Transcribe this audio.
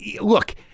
look